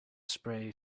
spray